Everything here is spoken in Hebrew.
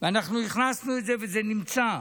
אנחנו הכנסנו את זה וזה נמצא.